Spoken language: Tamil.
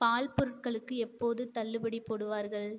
பால் பொருட்களுக்கு எப்போது தள்ளுபடி போடுவார்கள்